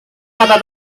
kata